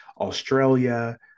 Australia